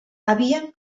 havíem